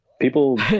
people